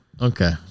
Okay